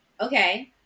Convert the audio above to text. Okay